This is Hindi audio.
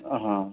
हाँ